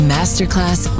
Masterclass